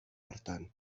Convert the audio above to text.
hartan